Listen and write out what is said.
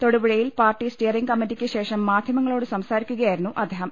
തൊടുപുഴയിൽ party steering ന കമ്മറ്റിക്ക് ശേഷം മാധൃമങ്ങളോട് സംസാരിക്കുകയായിരുന്നു അദ്ദേ ഹം